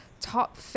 top